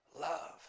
love